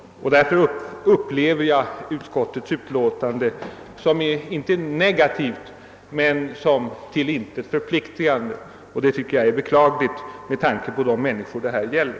Därför upplever jag utskottets utlåtande visserligen inte som negativt men som till intet förpliktande, och det tycker jag är beklagligt med tanke på de människor det här gäller.